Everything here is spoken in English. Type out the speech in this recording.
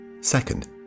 second